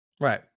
Right